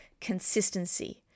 consistency